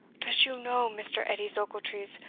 does you know, mr. edies ochiltrees,